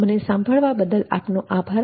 મને સાંભળવા બદલ આપનો આભાર